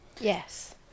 Yes